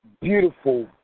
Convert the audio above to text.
beautiful